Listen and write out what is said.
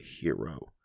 hero